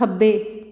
ਖੱਬੇ